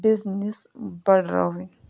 business بڑراوٕنۍ